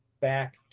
back